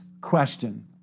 question